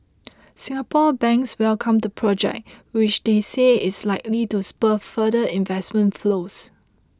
Singapore banks welcomed the project which they say is likely to spur further investment flows